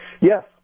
Yes